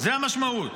זו המשמעות.